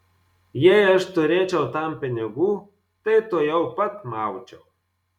jei aš turėčiau tam pinigų tai tuojau pat maučiau